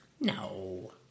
No